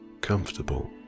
comfortable